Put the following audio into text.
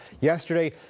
yesterday